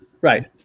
Right